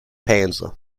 panza